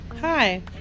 hi